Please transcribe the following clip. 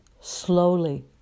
slowly